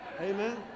Amen